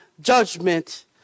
judgment